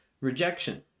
rejection